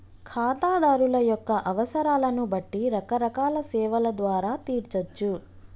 ఖాతాదారుల యొక్క అవసరాలను బట్టి రకరకాల సేవల ద్వారా తీర్చచ్చు